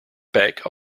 back